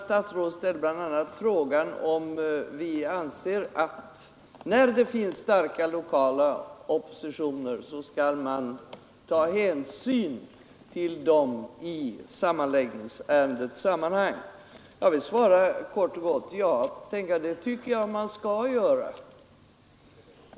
Statsrådet ställde bl.a. frågan om vi anser att man skall ta hänsyn till starka lokala opinioner i sammanläggningsärenden. Jag vill kort och gott svara: Ja, tänk att det tycker jag att man skall göra!